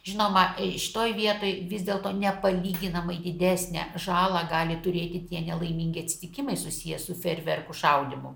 žinoma šitoj vietoj vis dėlto nepalyginamai didesnę žalą gali turėti tie nelaimingi atsitikimai susiję su feerverkų šaudymu